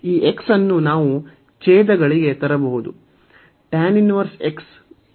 ಈ x ಅನ್ನು ನಾವು ಛೇದಗಳಿಗೆ ತರಬಹುದು